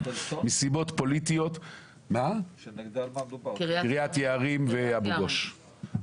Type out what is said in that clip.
מדובר על קריית יערים ואבו-גוש.